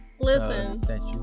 Listen